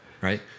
Right